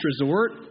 resort